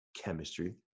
chemistry